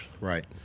Right